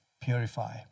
purify